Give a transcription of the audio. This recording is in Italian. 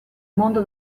mondo